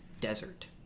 desert